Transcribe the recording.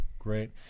Great